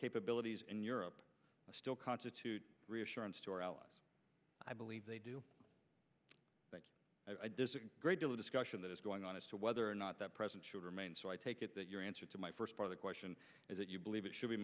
capabilities in europe still constitute reassurance to our allies i believe they do i does a great deal of discussion that is going on as to whether or not that present should remain so i take it that your answer to my first for the question is that you believe it should be